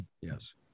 yes